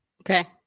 Okay